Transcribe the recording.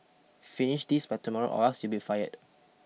finish this by tomorrow or else you'll be fired